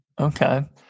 Okay